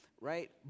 right